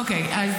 אוקיי,